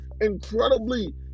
incredibly